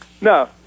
No